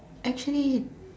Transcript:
actually